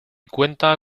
cuenta